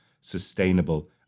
sustainable